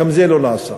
גם זה לא נעשה.